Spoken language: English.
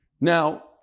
Now